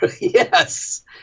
Yes